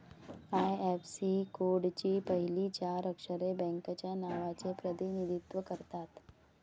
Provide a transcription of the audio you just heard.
IFSC कोडची पहिली चार अक्षरे बँकेच्या नावाचे प्रतिनिधित्व करतात